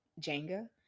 Jenga